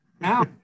now